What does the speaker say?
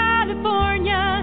California